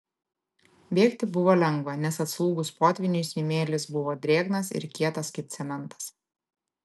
bėgti buvo lengva nes atslūgus potvyniui smėlis buvo drėgnas ir kietas kaip cementas